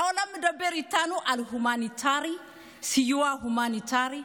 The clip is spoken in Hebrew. העולם מדבר איתנו על סיוע הומניטרי.